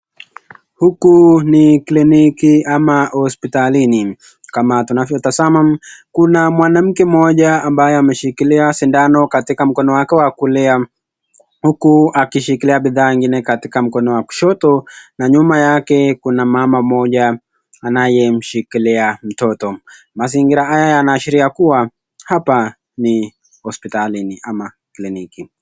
Huku ni kliniki ama hospitalini kama tunavyotazama kuna mwanamke mmoja ambaye ameshikilia sindano katika mkono wake wa kulia huku akishikilia bidhaa nyingi katika mkono wa kushoto na nyuma yake kuna mama pamoja anayemshikilia mtoto. Mazingira haya yanaashiria kuwa hapa ni hospitalini ama kliniki.